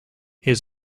his